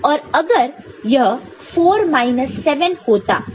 और अगर यह 4 माइनस 7 होता तो क्या होता